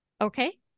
Okay